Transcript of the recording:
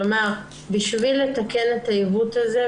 כלומר בשביל לתקן את העיוות הזה,